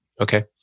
Okay